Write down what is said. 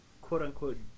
quote-unquote